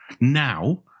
now